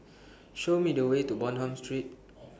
Show Me The Way to Bonham Street